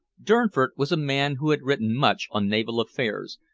durnford was a man who had written much on naval affairs,